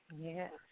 Yes